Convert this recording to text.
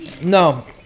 No